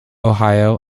ohio